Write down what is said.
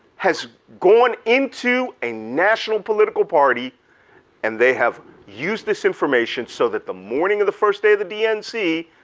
has gone into a national political party and they have used this information so that the morning of the first day of the dnc,